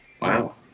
Wow